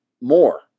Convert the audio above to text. more